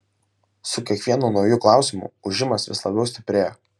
su kiekvienu nauju klausimu ūžimas vis labiau stiprėjo